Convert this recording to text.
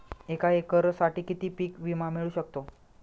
एका एकरसाठी किती पीक विमा मिळू शकतो?